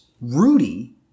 Rudy